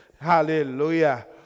Hallelujah